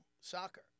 soccer